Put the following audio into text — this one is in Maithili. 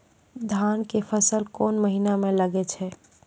धान के फसल कोन महिना म लागे छै?